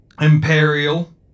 imperial